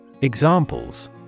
Examples